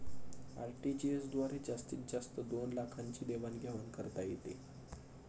RTGS द्वारे जास्तीत जास्त दोन लाखांची देवाण घेवाण करता येते